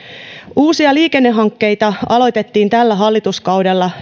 uusia liikennehankkeita aloitettiin tällä hallituskaudella